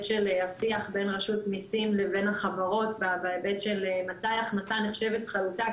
של השיח בין רשות המיסים לחברות בהיבט של מתי הכנסה נחשבת חלוטה,